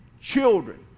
children